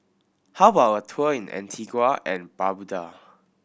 how about a tour in Antigua and Barbuda